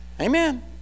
Amen